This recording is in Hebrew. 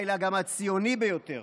אלא גם הציוני ביותר.